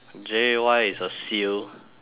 J Y is a seal